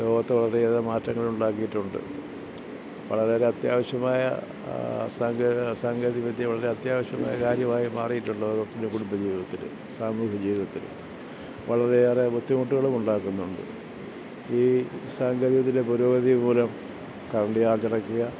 ലോകത്ത് വളരെയധികം മാറ്റങ്ങൾ ഉണ്ടാക്കിയിട്ടുണ്ട് വളരെ ഒരത്യാവശ്യമായ സാങ്കേതിക സാങ്കേതികവിദ്യ വളരെ അത്യാവശ്യമായ കാര്യമായി മാറിയിട്ടുണ്ട് അതൊത്തിരി കുടുംബജീവിതത്തില് സാമൂഹിക ജീവിതത്തിലും വളരെയേറെ ബുദ്ധിമുട്ടുകളും ഉണ്ടാക്കുന്നുണ്ട് ഈ സാങ്കേതികവിദ്യയിലെ പുരോഗതി മൂലം കരണ്ട് ചാർജടയ്ക്കുക